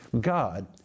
God